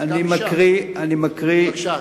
בבקשה.